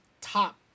top